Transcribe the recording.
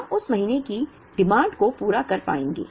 हम उस महीने की मांग को पूरा कर पाएंगे